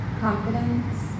Confidence